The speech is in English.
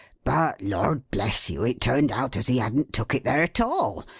but lord bless you, it turned out as he hadn't took it there at all,